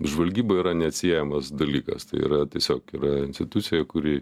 žvalgyba yra neatsiejamas dalykas tai yra tiesiog yra institucija kuri